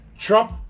Trump